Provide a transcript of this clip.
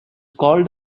called